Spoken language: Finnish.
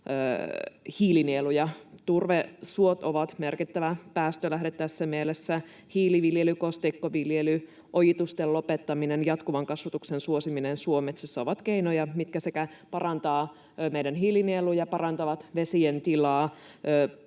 hiilinieluja. Turvesuot ovat merkittävä päästölähde tässä mielessä. Hiiliviljely, kosteikkoviljely, ojitusten lopettaminen ja jatkuvan kasvatuksen suosiminen suometsässä ovat keinoja, mitkä parantavat meidän hiilinieluja, parantavat vesien tilaa,